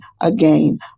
again